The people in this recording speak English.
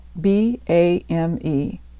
B-A-M-E